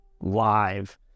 live